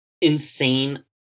insane